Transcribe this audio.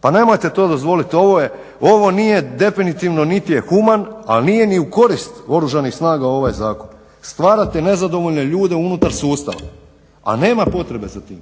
Pa nemojte to dozvoliti ovo nije definitivno nit je human a nije ni u korist oružanim snaga ovih zakon. Stvarate nezadovoljne ljude unutar sustava, a nema potrebe za tim.